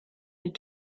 des